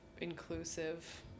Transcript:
inclusive